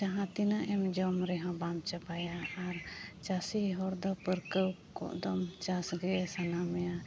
ᱡᱟᱦᱟᱸ ᱛᱤᱱᱟᱹᱜ ᱮᱢ ᱡᱚᱢ ᱨᱮᱦᱚᱸ ᱵᱟᱢ ᱪᱟᱵᱟᱭᱟ ᱟᱨ ᱪᱟᱥᱤ ᱦᱚᱲ ᱫᱚ ᱯᱟᱹᱨᱠᱟᱹᱣ ᱠᱚᱜ ᱫᱚᱢ ᱪᱟᱥᱜᱮ ᱥᱟᱱᱟᱢᱮᱭᱟ